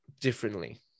differently